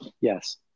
Yes